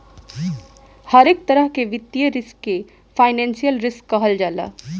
हरेक तरह के वित्तीय रिस्क के फाइनेंशियल रिस्क कहल जाला